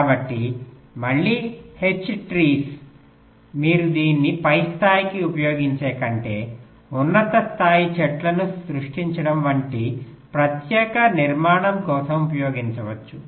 కాబట్టి మళ్ళీ H చెట్ల మీరు దీన్ని పై స్థాయికి ఉపయోగించే కంటే ఉన్నత స్థాయి చెట్టును సృష్టించడం వంటి ప్రత్యేక నిర్మాణం కోసం ఉపయోగించవచ్చు